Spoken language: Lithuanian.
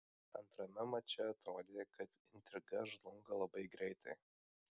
antrame mače atrodė kad intriga žlunga labai greitai